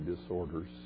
disorders